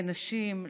נשים,